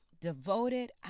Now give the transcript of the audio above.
Devoted